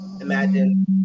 imagine